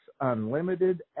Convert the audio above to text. Unlimited